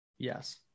Yes